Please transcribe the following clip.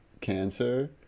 cancer